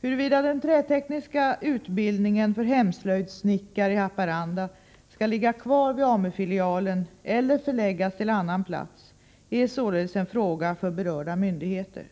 Huruvida den trätekniska utbildningen för hemslöjdssnickare i Haparanda skall ligga kvar vid AMU-filialen eller förläggas till annan plats är således en fråga för berörda myndigheter.